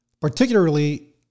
particularly